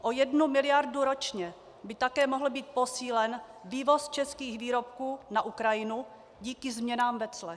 O jednu miliardu ročně by také mohl být posílen vývoz českých výrobků na Ukrajinu díky změnám ve clech.